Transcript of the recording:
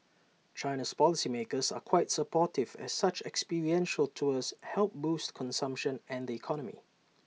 China's policy makers are quite supportive as such experiential tours help boost consumption and the economy